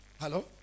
Hello